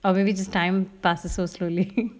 or maybe just time passes so slowly